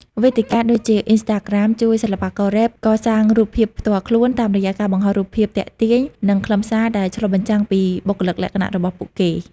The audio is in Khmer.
វេទិកាដូចជា អុីនស្តាក្រាម ជួយសិល្បកររ៉េបកសាងរូបភាពផ្ទាល់ខ្លួន តាមរយៈការបង្ហោះរូបភាពទាក់ទាញ និងខ្លឹមសារដែលឆ្លុះបញ្ចាំងពីបុគ្គលិកលក្ខណៈរបស់ពួកគេ។